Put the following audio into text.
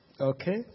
Okay